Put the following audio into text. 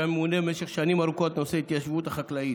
שהיה ממונה במשך שנים ארוכות על נושא ההתיישבות החקלאית,